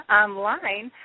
online